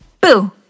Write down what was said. Boo